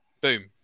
boom